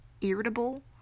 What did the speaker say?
irritable